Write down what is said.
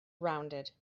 rounded